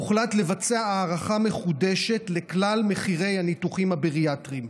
הוחלט לבצע הערכה מחודשת לכלל מחירי הניתוחים הבריאטריים.